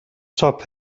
top